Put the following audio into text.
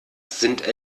sind